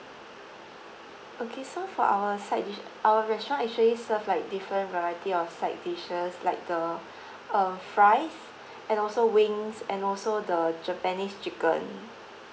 okay so for our side dish our restaurants actually serve like different variety of side dishes like the uh fries and also wings and also the japanese chicken